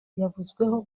yavuzweho